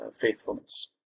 faithfulness